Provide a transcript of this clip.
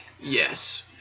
Yes